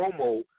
promo